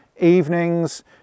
evenings